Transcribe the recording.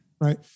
Right